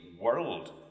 world